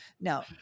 now